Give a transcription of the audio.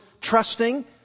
trusting